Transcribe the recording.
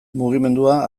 mugimendua